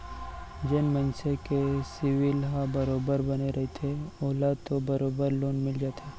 जेन मनसे के सिविल ह बरोबर बने रहिथे ओला तो बरोबर लोन मिल जाथे